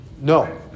No